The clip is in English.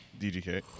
DGK